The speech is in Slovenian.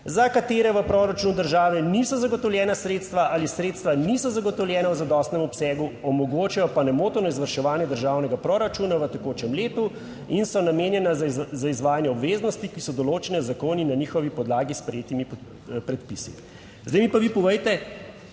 za katere v proračunu države niso zagotovljena sredstva ali sredstva niso zagotovljena v zadostnem obsegu, omogočajo pa nemoteno izvrševanje državnega proračuna v tekočem letu in so namenjena za izvajanje obveznosti, ki so določene z zakoni na njihovi podlagi s sprejetimi predpisi. Zdaj mi pa vi povejte,